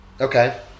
Okay